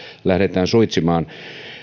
lähdetään suitsimaan